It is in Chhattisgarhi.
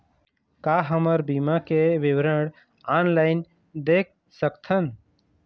का हमर बीमा के विवरण ऑनलाइन देख सकथन?